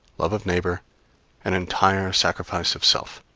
love of neighbor and entire sacrifice of self.